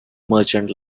merchant